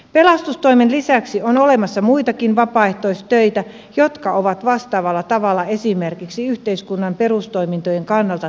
pelastustoimen lisäksi on olemassa muitakin vapaaehtoistöitä jotka ovat vastaavalla tavalla esimerkiksi yhteiskunnan perustoimintojen kannalta tärkeitä